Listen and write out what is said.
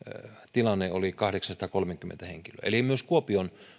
tilanne oli kahdeksansataakolmekymmentä henkilöä eli myös kuopion